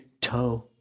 toe